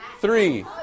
three